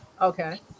okay